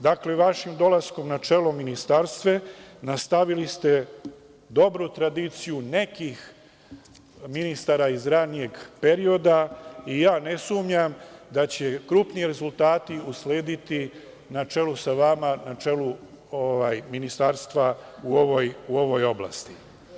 Dakle, vašim dolaskom na čelo ministarstva nastavili ste dobru tradiciju nekih ministara iz ranijih perioda i ne sumnjam da će krupni rezultati uslediti sa vama na čelu ministarstva u ovoj oblasti.